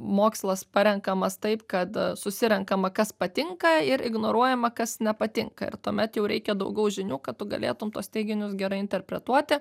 mokslas parenkamas taip kad susirenkama kas patinka ir ignoruojama kas nepatinka ir tuomet jau reikia daugiau žinių kad tu galėtum tuos teiginius gerai interpretuoti